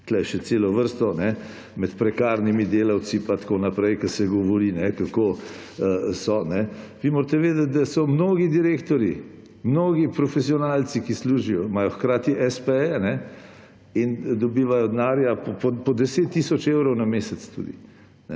tukaj še celo vrsto, o prekarnih delavcih pa tako naprej, ker se govori, kako so. Vi morate vedeti, da so mnogi direktorji, mnogi profesionalci, ki služijo in imajo hkrati espeje, in dobivajo denar. Po 10 tisoč evrov na mesec tudi